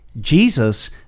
Jesus